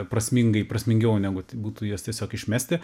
prasmingai prasmingiau negu būtų juos tiesiog išmesti